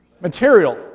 Material